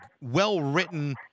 well-written